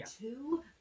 Two